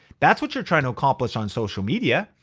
that's what you're trying to accomplish on social media.